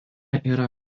yra